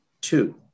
Two